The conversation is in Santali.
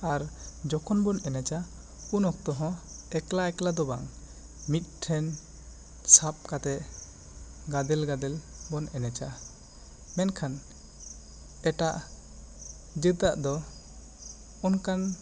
ᱟᱨ ᱡᱚᱠᱷᱚᱱ ᱵᱚᱱ ᱮᱱᱮᱡᱟ ᱩᱱ ᱚᱠᱛᱚ ᱦᱚᱸ ᱮᱠᱞᱟ ᱮᱠᱞᱟ ᱫᱚ ᱵᱟᱝ ᱢᱤᱫ ᱴᱷᱮᱱ ᱥᱟᱵ ᱠᱟᱛᱮᱜ ᱜᱟᱫᱮᱞ ᱜᱟᱫᱮᱞ ᱵᱚᱱ ᱮᱱᱮᱡᱟ ᱢᱮᱱᱠᱷᱟᱱ ᱮᱴᱟᱜ ᱡᱟᱹᱛ ᱟᱜ ᱫᱚ ᱚᱱᱠᱟᱱ